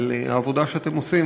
על העבודה שאתם עושים.